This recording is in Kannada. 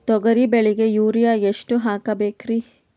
ತೊಗರಿ ಬೆಳಿಗ ಯೂರಿಯಎಷ್ಟು ಹಾಕಬೇಕರಿ?